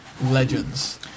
legends